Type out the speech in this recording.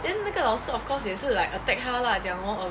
then 那个老师 of course 也是 like attacked 他 lah 讲 hor